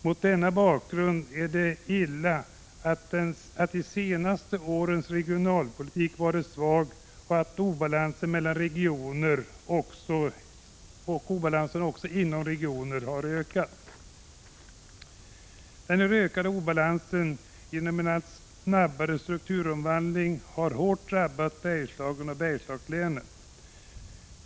Mot denna bakgrund är det illa att de senaste årens regionalpolitik varit så svag att obalansen mellan och också inom regioner har ökat. Denna ökade obalans, genom en allt snabbare strukturomvandling, har hårt drabbat Bergslagen och Bergslagslänen.